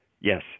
Yes